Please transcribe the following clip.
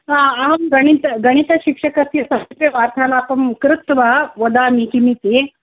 ह अहं गणित गणितशिक्षकस्य कृते वार्तालापं कृत्वा वदामि किमिति